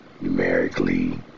numerically